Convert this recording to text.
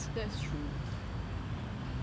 that's true